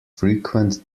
frequent